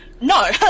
No